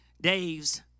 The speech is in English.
Dave's